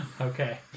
Okay